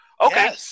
Okay